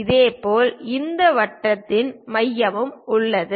இதேபோல் இந்த வட்டத்தின் மையமும் உள்ளது